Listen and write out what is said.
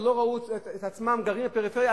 לא ראו את עצמם גרים בפריפריה,